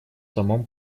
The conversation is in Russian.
самом